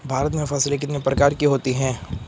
भारत में फसलें कितने प्रकार की होती हैं?